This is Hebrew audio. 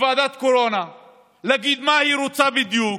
לוועדת קורונה ולהגיד מה היא רוצה בדיוק.